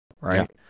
right